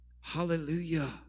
Hallelujah